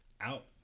out